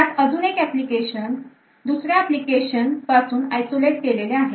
त्यात अजून एक एप्लीकेशन दुसऱ्या एप्लीकेशन पासून isolate केलेले आहे